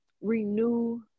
renew